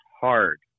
hard